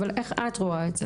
איך את רואה את זה?